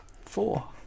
Four